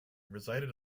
resided